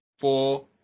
Four